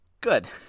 Good